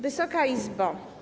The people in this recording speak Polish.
Wysoka Izbo!